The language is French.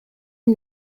une